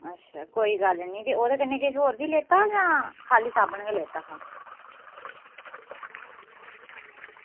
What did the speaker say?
कोई गल्ल निं ओह्दे कन्नै किश होर बी लैता हा जां साबन गै लैता हा